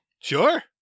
Sure